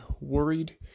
worried